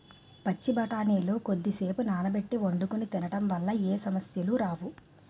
పచ్చి బఠానీలు కొద్దిసేపు నానబెట్టి వండుకొని తినడం వల్ల ఏ సమస్యలు రావు